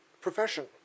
profession